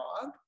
dog